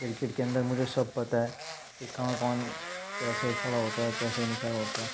cricket کے اندر مجھے سب پتہ ہے کہ کہاں کون کیسے کھڑا ہوتا ہے کیسے نہیں کھڑا ہوتا